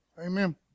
Amen